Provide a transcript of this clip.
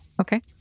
Okay